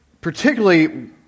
particularly